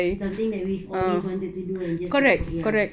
something that we've always wanted to do ya